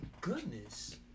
goodness